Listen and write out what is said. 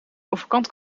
overkant